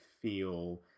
feel